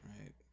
right